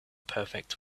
perfect